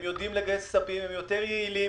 הם יודעים לגייס כספים, הם יותר יעילים.